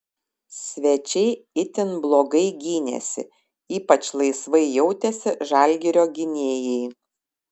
svečiai itin blogai gynėsi ypač laisvai jautėsi žalgirio gynėjai